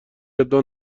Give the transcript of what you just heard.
ابداع